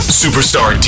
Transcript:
superstar